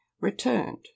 returned